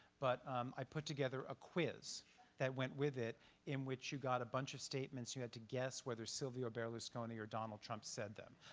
but i put together a quiz that went with it in which you've got a bunch of statements and you had to guess whether silvio berlusconi or donald trump said them.